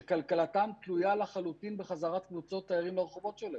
שכלכלתן תלויה לחלוטין בחזרת קבוצות תיירים לרחובות שלהן.